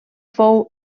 fou